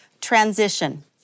Transition